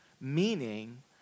Meaning